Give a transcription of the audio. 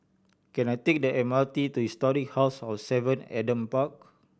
can I take the M R T to Historic House of Seven Adam Park